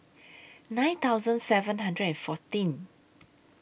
nine thousand seven hundred and fourteen